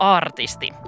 artisti